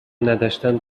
نداشتن